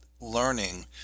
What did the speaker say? learning